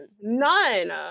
None